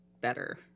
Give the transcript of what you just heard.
better